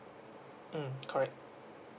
mm correct